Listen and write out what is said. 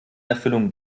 erfüllung